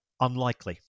unlikely